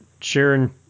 sharing